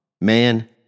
Man